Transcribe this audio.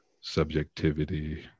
subjectivity